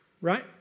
right